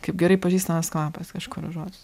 kaip gerai pažįstamas kvapas kažkur užuodus